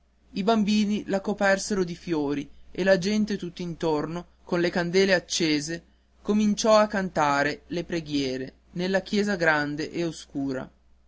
i bambini la copersero di fiori e la gente tutt'intorno con le candele accese cominciò a cantare le preghiere nella chiesa grande e oscura